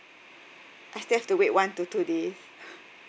I still have to wait one to two days